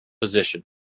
position